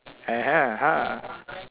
(uh huh) !huh!